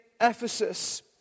Ephesus